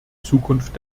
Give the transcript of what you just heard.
zukunft